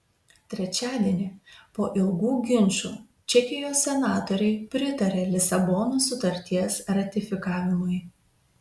trečiadienį po ilgų ginčų čekijos senatoriai pritarė lisabonos sutarties ratifikavimui